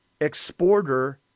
exporter